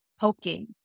poking